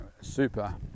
super